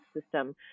system